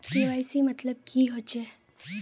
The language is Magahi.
के.वाई.सी मतलब की होचए?